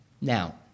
Now